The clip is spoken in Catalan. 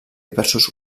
diversos